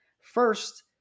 First